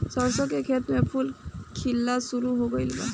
सरसों के खेत में फूल खिलना शुरू हो गइल बा